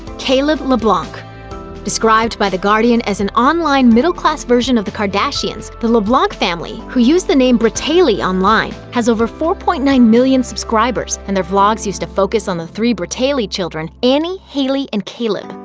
caleb leblanc described by the guardian as an online middle-class version of the kardashians, the leblanc family, who use the name bratayley bratayley online, has over four point nine million subscribers, and their vlogs used to focus on the three bratayley children annie, hayley and caleb.